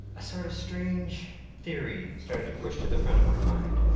a sort of strange theory started to push to the front of my mind.